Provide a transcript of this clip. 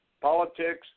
politics